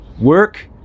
Work